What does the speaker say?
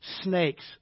snakes